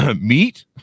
meat